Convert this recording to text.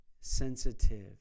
sensitive